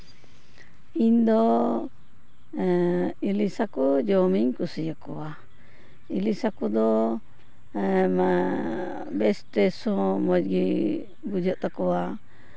ᱤᱧ ᱫᱚ ᱤᱞᱤᱥ ᱦᱟᱹᱠᱩ ᱡᱚᱢᱤᱧ ᱠᱩᱥᱤ ᱟᱠᱚᱣᱟ ᱤᱞᱤᱥ ᱦᱟᱹᱠᱩ ᱫᱚ ᱵᱮᱥ ᱴᱮᱥᱴ ᱦᱚᱸ ᱢᱚᱡᱽ ᱜᱮ ᱵᱩᱡᱷᱟᱹᱜ ᱛᱟᱠᱚᱣᱟ